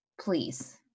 Please